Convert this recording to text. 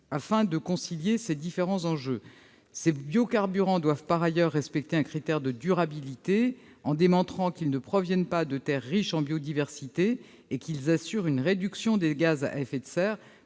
afin de concilier ces différents enjeux. Ces carburants doivent par ailleurs respecter un critère de durabilité : il doit être démontré qu'ils ne proviennent pas de terres riches en biodiversité et qu'ils assurent une réduction des gaz à effet de serre